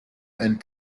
and